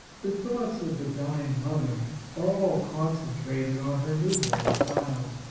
the thoughts of the dying mother are all concentrated on her new-born child.